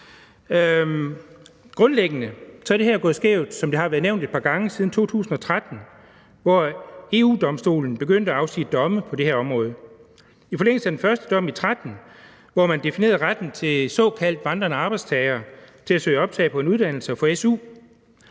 Grundlæggende er det her gået skævt, som det har været nævnt et par gange, siden 2013, hvor EU-Domstolen begyndte at afsige domme på det her område. I forlængelse af den første dom i 2013, hvor man definerede retten for såkaldt vandrende arbejdstagere til at søge optagelse på en uddannelse og få